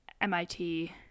MIT